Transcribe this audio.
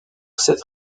cette